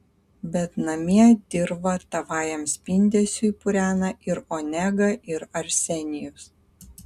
bet namie dirvą tavajam spindesiui purena ir onega ir arsenijus